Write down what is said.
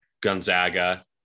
Gonzaga